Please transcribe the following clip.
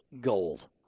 gold